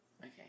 Okay